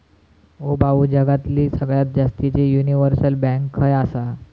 ओ भाऊ, जगातली सगळ्यात जास्तीचे युनिव्हर्सल बँक खय आसा